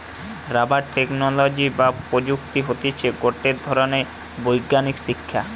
rubber technology বা প্রযুক্তি হতিছে গটে ধরণের বৈজ্ঞানিক শিক্ষা